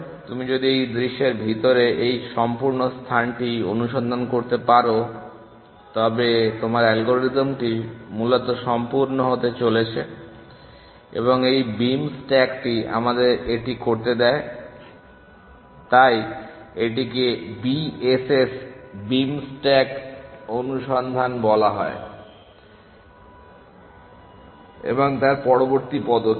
তুমি যদি এই দৃশ্যের ভিতরে এই সম্পূর্ণ স্থানটি অনুসন্ধান করতে পারো তবে তোমার অ্যালগরিদমটি মূলত সম্পূর্ণ হতে চলেছে এবং এই বিম স্ট্যাকটি আমাদেরকে এটি করতে দেয় তাই এটিকে BSS বিম স্ট্যাক অনুসন্ধান বলা হয় এবং তার পরবর্তী পদক্ষেপ